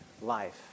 life